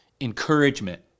encouragement